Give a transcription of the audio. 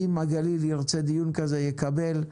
אם הגליל ירצה דיון כזה יקבל.